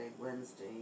Wednesday